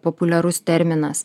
populiarus terminas